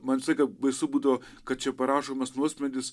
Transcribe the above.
man visą laiką baisu būdavo kad čia parašomas nuosprendis